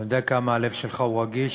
אני יודע כמה הלב שלך רגיש,